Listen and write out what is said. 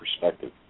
perspective